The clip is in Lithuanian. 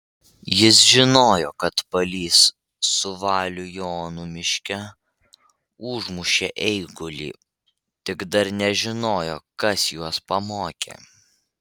jis žinojo kad palys su valių jonu miške užmušė eigulį tik dar nežinojo kas juos pamokė